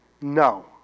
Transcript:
No